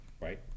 right